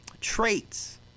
traits